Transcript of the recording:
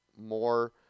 more